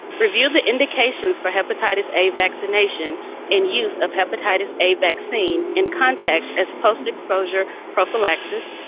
review the indications for hepatitis a vaccination and use of hepatitis a vaccine in contacts as post-exposure prophylaxis.